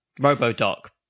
Robo-Doc